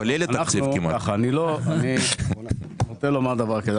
אני נוטה לומר דבר כזה,